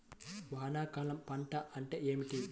వానాకాలం పంట అంటే ఏమిటి?